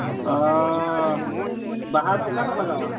ᱚᱻ ᱵᱟᱦᱟ ᱫᱚ ᱚᱠᱟᱴᱟᱜ ᱞᱟᱜᱟᱣᱟ